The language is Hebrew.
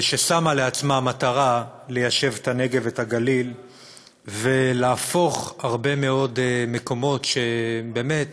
ששמה לעצמה למטרה ליישב את הנגב ואת הגליל ולהפוך הרבה מקומות שבאמת